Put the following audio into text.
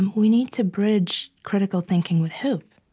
we need to bridge critical thinking with hope